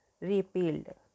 repealed